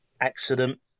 accident